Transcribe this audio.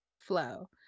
flow